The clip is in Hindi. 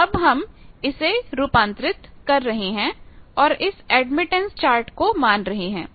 तो अब हम इसे रूपांतरित कर रहे हैं और इस एडमिटेंस चार्ट को मान रहे हैं